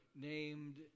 Named